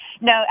no